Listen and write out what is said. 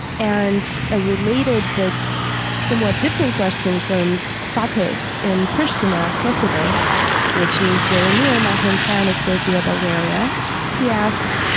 and a related but somewhat different question from pratos in pristina, kosovo which is very near my hometown of sofia, bulgaria he asks,